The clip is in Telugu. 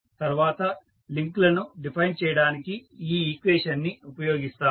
తర్వాత లింక్ లను డిఫైన్ చేయడానికి ఈ ఈక్వేషన్ ని ఉపయోగిస్తాము